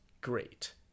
great